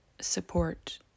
support